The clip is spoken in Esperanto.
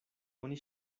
oni